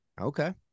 Okay